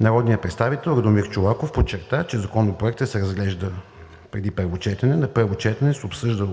Народният представител Радомир Чолаков подчерта, че Законопроектът се разглежда преди първо четене. На първо четене се обсъжда